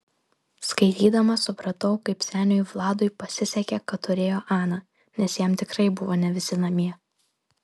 skaitydama supratau kaip seniui vladui pasisekė kad turėjo aną nes jam tikrai buvo ne visi namie